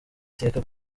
iteka